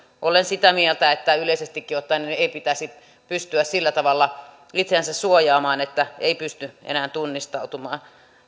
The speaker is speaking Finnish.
olen sitä mieltä että yleisestikään ottaen ei ei pitäisi pystyä sillä tavalla itseänsä suojaamaan että ei pysty enää tunnistautumaan